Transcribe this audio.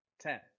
ten